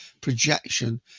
projection